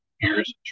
years